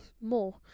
more